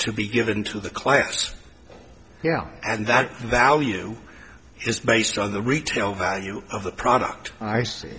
to be given to the client's yeah and that value is based on the retail value of the product i see